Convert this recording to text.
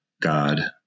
God